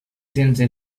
sense